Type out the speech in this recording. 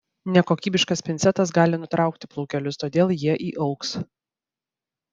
nekokybiškas pincetas gali nutraukti plaukelius todėl jie įaugs